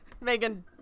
Megan